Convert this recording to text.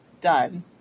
Done